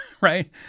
right